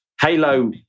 Halo